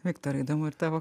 viktorai įdomu ir tavo